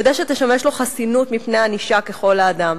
כדי שתשמש לו חסינות מפני ענישה ככל האדם.